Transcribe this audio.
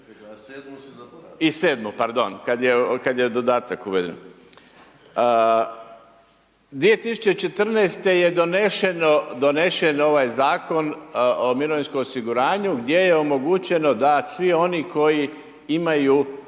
I 7. pardon, kad je dodatak uveden. 2014. je donesen ovaj zakon o mirovinskom osiguranju gdje je omogućeno da svi oni koji imaju